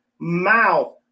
mouth